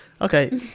Okay